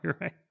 right